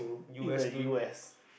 in the u_s